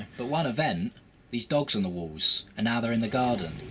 but one event these dogs on the walls. and now they're in the garden.